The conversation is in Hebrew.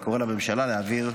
אני קורא לממשלה להעביר,